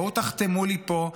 בואו תחתמו לי פה,